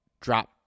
drop